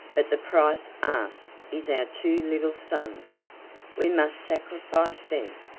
but the price asked is our two little sons we must sacrifice them.